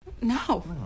No